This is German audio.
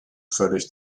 völlig